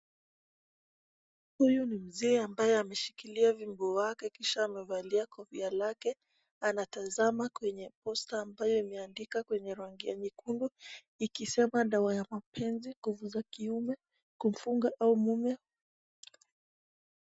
Huyu ni Mzee ambaye ameshikilia viungo vyake kisha amevalia kofia lake anatazama kwenye posta ambayo imeandikwa kwenye rangi ya nyekundu, ikiandikwa dawa ya mapenzi ya kuongeza.